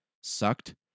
sucked